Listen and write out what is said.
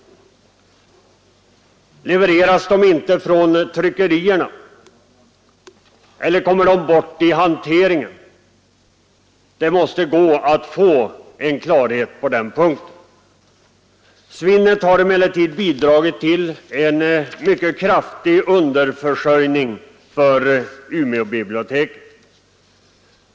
Levereras de inte från tryckerierna? Eller kommer de bort i hanteringen? Det måste gå att få klarhet i detta. Svinnet har emellertid bidragit till en mycket kraftig underförsörjning av Umeåbiblioteket.